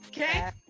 Okay